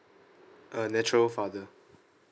a natural father